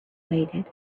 waited